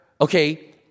okay